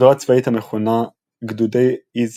זרוע צבאית המכונה "גדודי עז